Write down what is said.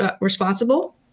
responsible